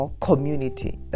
community